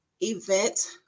event